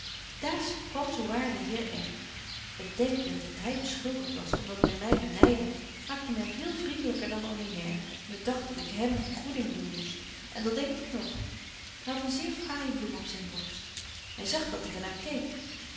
daar kwam zo waar de heer r het denkbeeld dat hy beschuldigt was om dat men my benydde maakte my veel vriendelyker dan ordinair me dagt dat ik hem vergoeding doen moest en dat denk ik nog hy hadt een zeer fraaije bloem op zyn borst hy zag dat ik er naar keek